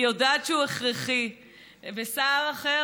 ושר אחר,